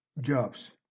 jobs